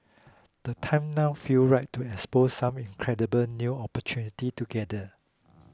the time now feel right to explore some incredible new opportunities together